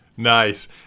Nice